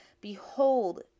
Behold